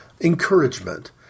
encouragement